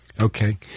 Okay